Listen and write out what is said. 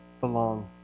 belong